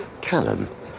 Callum